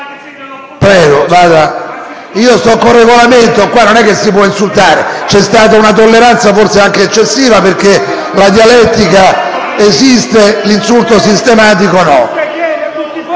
PRESIDENTE. Io sto con il Regolamento e qua non è che si può insultare. C'è stata una tolleranza forse anche eccessiva, perché la dialettica esiste, l'insulto sistematico no.